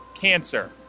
cancer